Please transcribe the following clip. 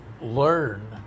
learn